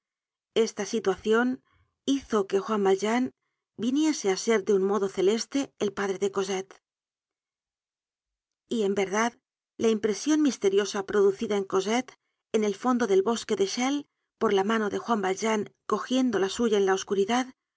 esta situacion hizo que juan valjean viniese á ser de un modo celeste el padre de cosette y en verdad la impresion misteriosa producida en cosette en el fondo del bosque de cholles por la mano de juan valjean cogiendo la suya en la oscuridad